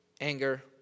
anger